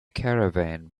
caravan